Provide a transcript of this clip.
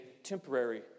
temporary